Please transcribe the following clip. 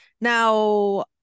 Now